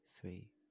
three